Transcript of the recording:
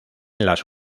las